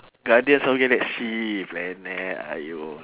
guardians of the galaxy planet !aiyo!